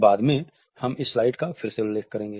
बाद में हम इस स्लाइड का फिर से उल्लेख करेंगे